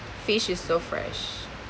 fish is so fresh